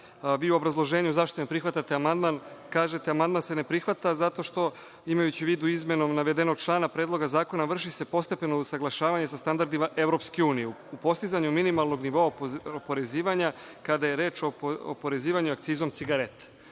vi u obrazloženju zašto ne prihvatate amandman kažete – amandman se ne prihvata zato što, imajući u vidu izmene navedenog člana Predloga zakona, vrši se postepeno usaglašavanje sa standardima EU u postizanju minimalnog nivoa oporezivanja, kada je reč o oporezivanju akcizom cigareta. Vidite,